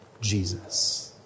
Jesus